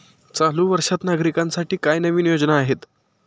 चालू वर्षात नागरिकांसाठी काय नवीन योजना आहेत?